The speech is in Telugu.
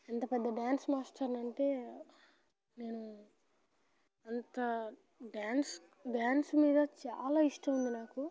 ఎంత పెద్ద డ్యాన్స్ మాస్టర్ని అంటే నేను అంతా డ్యాన్స్ డ్యాన్స్ మీద చాలా ఇష్టం ఉంది నాకు